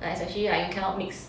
[what] especially like cannot mix